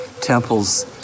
temple's